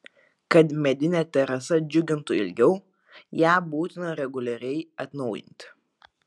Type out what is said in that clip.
kad medinė terasa džiugintų ilgiau ją būtina reguliariai atnaujinti